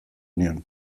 nion